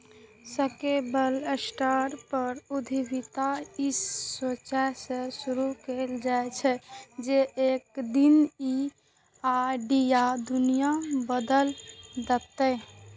scalable startup उद्यमिता ई सोचसं शुरू कैल जाइ छै, जे एक दिन ई आइडिया दुनिया बदलि देतै